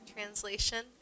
translation